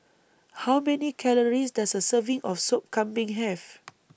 How Many Calories Does A Serving of Sop Kambing Have